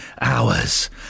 hours